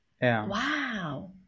wow